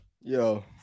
Yo